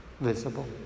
visible